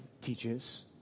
teaches